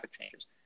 changes